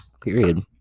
Period